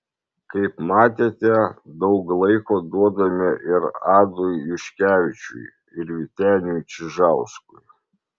kaip matėte daug laiko duodame ir adui juškevičiui ir vyteniui čižauskui